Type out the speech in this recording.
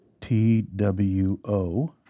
T-W-O